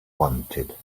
wanted